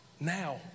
now